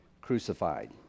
crucified